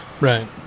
Right